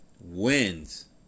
wins